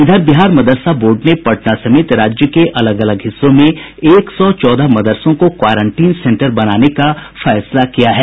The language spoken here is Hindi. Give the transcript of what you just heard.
इधर बिहार मदरसा बोर्ड ने पटना समेत राज्य के अलग अलग हिस्सों में एक सौ चौदह मदरसों को क्वारंटीन सेंटर बनाने का फैसला किया है